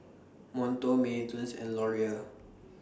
Monto Mini Toons and Laurier